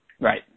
Right